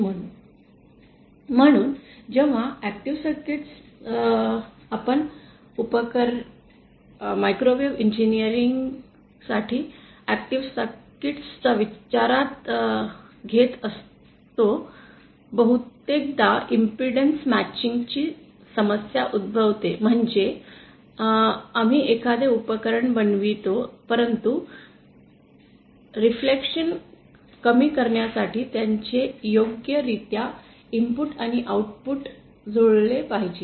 म्हणून जेव्हा active circuits जेव्हा आपण मायक्रोवेव्ह इंजीनियरिंग साठी ऐक्टिव सर्किट्स विचारात घेत असतो बहुतेकदा इम्पेडन्स मॅचिंग ची समस्या उद्भवते म्हणजे आम्ही एखादे उपकरण बनवितो परंतु रिफ्लेक्शन कमी करण्यासाठी त्याचे योग्य रित्या इनपुट आणि आउटपुट जुळले पाहिजे